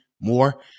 more